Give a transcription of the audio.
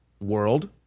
world